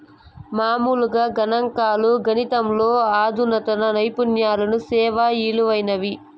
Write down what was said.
మామూలుగా గణంకాలు, గణితంలో అధునాతన నైపుణ్యాలు సేనా ఇలువైనవి